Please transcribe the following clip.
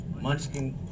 Munchkin